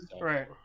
right